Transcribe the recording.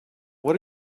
what